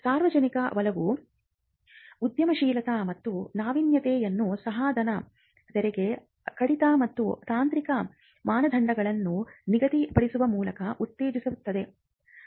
ಸಾರ್ವಜನಿಕ ವಲಯವು ಉದ್ಯಮಶೀಲತೆ ಮತ್ತು ನಾವೀನ್ಯತೆಗಳನ್ನು ಸಹಾಯಧನ ತೆರಿಗೆ ಕಡಿತ ಮತ್ತು ತಾಂತ್ರಿಕ ಮಾನದಂಡಗಳನ್ನು ನಿಗದಿಪಡಿಸುವ ಮೂಲಕ ಉತ್ತೇಜಿಸುತ್ತದೆ